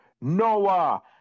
Noah